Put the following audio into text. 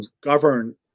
govern